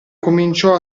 cominciò